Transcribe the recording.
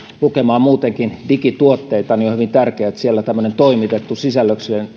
lukemaan muutenkin digituotteita niin on hyvin tärkeää että siellä tämmöinen toimitettu sisällyksekäs